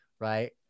right